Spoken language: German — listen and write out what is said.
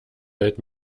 welt